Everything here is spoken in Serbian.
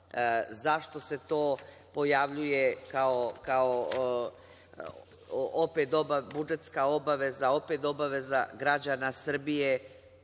Zašto se to pojavljuje opet kao budžetska obaveza, opet obaveza građana Srbije,